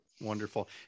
Wonderful